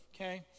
okay